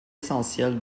essentielle